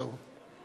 so…